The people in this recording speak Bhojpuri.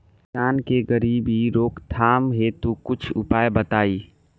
किसान के गरीबी रोकथाम हेतु कुछ उपाय बताई?